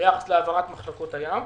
ביחס להעברת מחלקות הים.